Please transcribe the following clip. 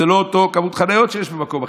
זו לא אותה כמות חניות שיש במקום אחר.